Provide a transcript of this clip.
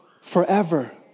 forever